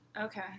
Okay